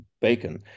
bacon